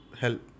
help